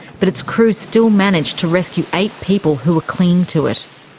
but its crew still managed to rescue eight people who were clinging to it.